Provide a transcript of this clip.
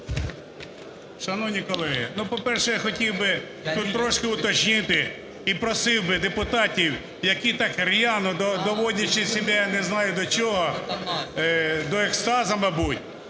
Шановні колеги, ну, по-перше, я хотів би тут трошки уточнити і просив би депутатів, які так рьяно, доводячи себе, я не знаю, до чого, до екстазу, мабуть,